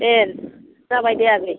देह जाबाय दे आगै